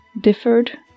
Differed